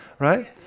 right